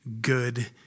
good